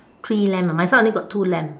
three lamb ah my side only got two lamb